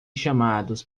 chamados